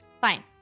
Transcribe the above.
Fine